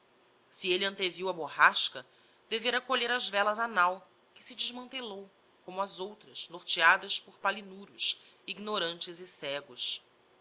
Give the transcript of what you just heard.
se elle anteviu a borrasca devera colher as velas á nau que se desmantelou como as outras norteadas por palinuros ignorantes e cegos